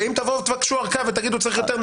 ואם תבואו תבקשו ארכה ותגידו צריך יותר,